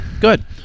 Good